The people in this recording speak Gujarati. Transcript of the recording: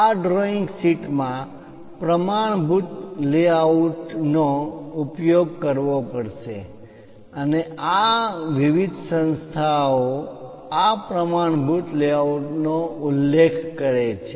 આ ડ્રોઈંગ શીટ માં પ્રમાણભૂત લેઆઉટ નો ગોઠવણી નો ઉપયોગ કરવો પડશે અને વિવિધ સંસ્થાઓ આ પ્રમાણભૂત લેઆઉટ નો ઉલ્લેખ કરે છે